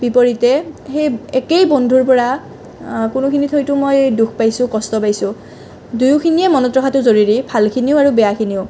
বিপৰীতে সেই একেই বন্ধুৰ কোনোখিনিত হয়তো মই দুখ পাইছোঁ কষ্ট পাইছোঁ দুয়োখিনিয়ে মনত ৰখাতো জৰুৰী ভালখিনিও আৰু বেয়াখিনিও